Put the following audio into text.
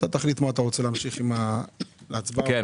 אתה תחליט אם אתה רוצה להמשיך עם ההצבעה או לא.